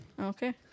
okay